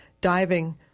diving